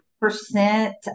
percent